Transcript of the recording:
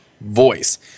voice